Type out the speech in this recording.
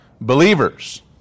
believers